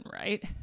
right